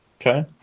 Okay